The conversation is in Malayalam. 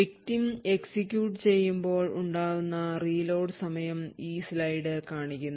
victim എക്സിക്യൂട്ട് ചെയ്യുമ്പോൾ ഉണ്ടാവുന്ന reload സമയം ഈ സ്ലൈഡ് കാണിക്കുന്നു